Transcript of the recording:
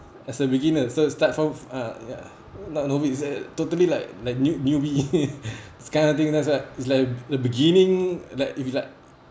as a beginner so start from uh ya not no means uh totally like like new newbie this kind of thing there's like is like a beginning like if you like